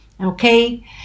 Okay